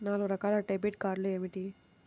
నాలుగు రకాల డెబిట్ కార్డులు ఏమిటి?